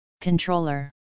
Controller